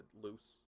loose